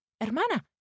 hermana